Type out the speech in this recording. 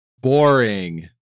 Boring